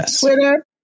Twitter